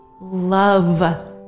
love